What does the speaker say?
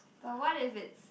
but what if it's